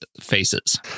faces